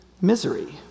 misery